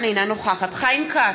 אינה נוכחת חיים כץ,